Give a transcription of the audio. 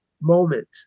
moment